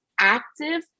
Active